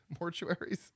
mortuaries